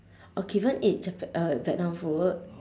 orh caven eat japa~ uh vietnam food